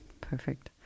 Perfect